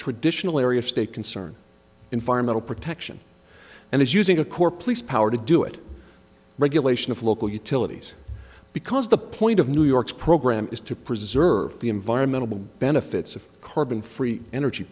traditional area of state concern environmental protection and is using a core police power to do it regulation of local utilities because the point of new york's program is to preserve the environmental benefits of carbon free energy